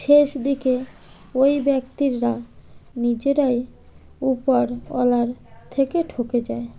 শেষ দিকে ওই ব্যক্তিরা নিজেরাই ওপরওয়ালার থেকে ঠকে যায়